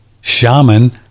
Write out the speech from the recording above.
shaman